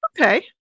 Okay